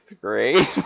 grade